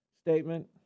statement